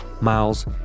Miles